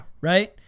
Right